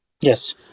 Yes